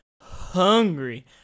hungry